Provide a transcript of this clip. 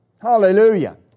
Hallelujah